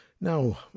Now